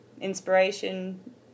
inspiration